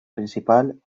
principal